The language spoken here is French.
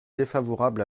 défavorable